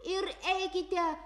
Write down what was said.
ir eikite